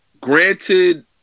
granted